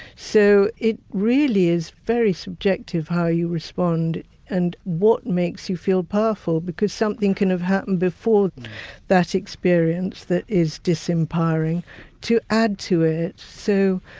so, it really is very subjective how you respond and what makes you feel powerful because something can have happened before that experience that is disempowering to add to it. so,